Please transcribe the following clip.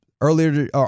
earlier